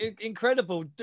incredible